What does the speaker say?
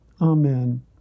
Amen